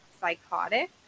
psychotic